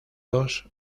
dos